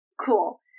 cool